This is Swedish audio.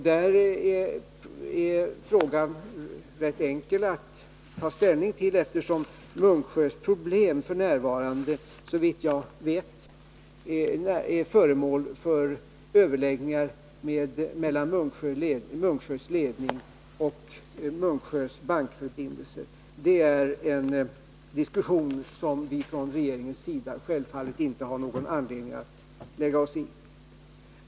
Den frågan är rätt enkel att ta ställning till, eftersom Munksjös problem f. n., såvitt jag vet, är föremål för överläggningar mellan Munksjös ledning och Munksjös bankförbindelser. Det är diskussioner som vi från regeringens sida självfallet inte har någon anledning att lägga oss i.